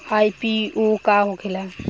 IPO का होखेला?